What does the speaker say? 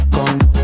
Come